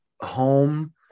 home